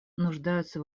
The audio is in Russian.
нуждаются